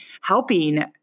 helping